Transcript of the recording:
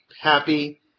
happy